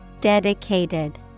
dedicated